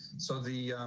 so the,